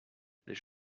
les